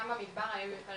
ויש כמובן תחזיות יותר